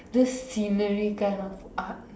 this scenery kind of art